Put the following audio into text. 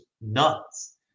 nuts